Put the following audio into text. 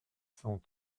cent